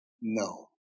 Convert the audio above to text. No